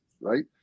right